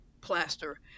plaster